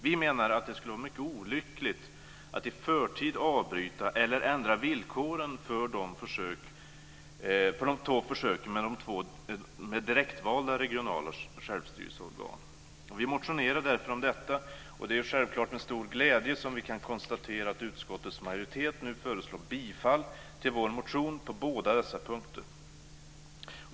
Vi menar att det skulle vara mycket olyckligt att i förtid avbryta eller ändra villkoren för försöken med två direktvalda regionala självstyrelseorgan. Vi motionerade därför om detta. Det är självklart med stor glädje som vi kan konstatera att utskottets majoritet nu föreslår bifall till vår motion på båda dessa punkter.